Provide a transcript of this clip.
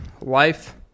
life